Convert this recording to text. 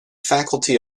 faculty